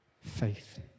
faith